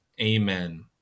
Amen